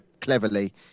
cleverly